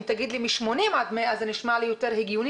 אם תגיד לי מ-80 עד 100 זה נשמע לי יותר הגיוני